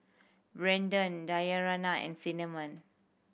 Brandon Dayanara and Cinnamon